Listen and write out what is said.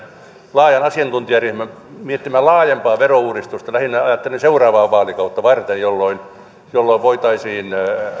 laajan asiantuntijaryhmän miettimään laajempaa verouudistusta lähinnä ajattelen seuraavaa vaalikautta varten jolloin jolloin voitaisiin